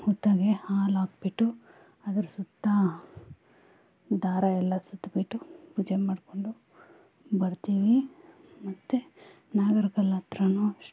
ಹುತ್ತಗೆ ಹಾಲಾಕಿಬಿಟ್ಟು ಅದರ ಸುತ್ತ ದಾರ ಎಲ್ಲ ಸುತ್ತಿಬಿಟ್ಟು ಪೂಜೆ ಮಾಡಿಕೊಂಡು ಬರ್ತೀವಿ ಮತ್ತು ನಾಗರ ಕಲ್ಲಹತ್ರ ಅಷ್ಟೇ